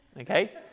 okay